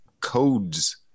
codes